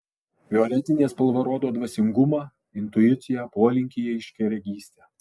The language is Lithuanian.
violetinė spalva rodo dvasingumą intuiciją polinkį į aiškiaregystę